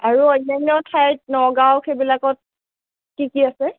আৰু অন্যান্য ঠাইত নগাঁৱত সেইবিলাকত কি কি আছে